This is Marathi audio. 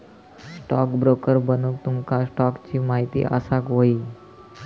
स्टॉकब्रोकर बनूक तुमका स्टॉक्सची महिती असाक व्हयी